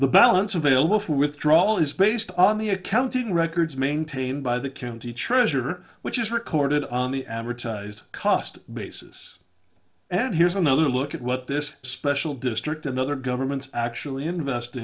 the balance available for withdrawal is based on the accounting records maintained by the county treasurer which is recorded on the amortized cost basis and here's another look at what this special district and other governments actually invest